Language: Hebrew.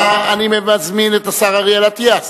אני מזמין את השר אריאל אטיאס,